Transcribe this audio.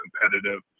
competitive